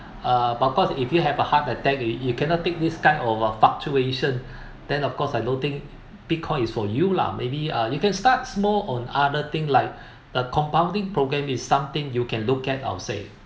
uh but of course if you have a heart attack you you cannot take this kind of a fluctuation then of course I don't think bitcoin is for you lah maybe uh you can start small on other thing like the compounding programme is something you can look at I'll say